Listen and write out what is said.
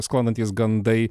sklandantys gandai